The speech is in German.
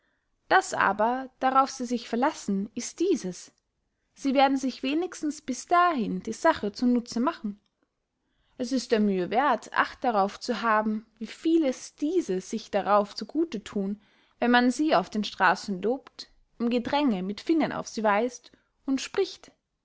das aber darauf sie sich verlassen ist dieses sie werden sich wenigstens bis dahin die sache zu nutze machen es ist der mühe werth acht darauf zu haben wie vieles diese sich darauf zu gute thun wenn man sie auf den strassen lobt im gedränge mit fingern auf sie weist und spricht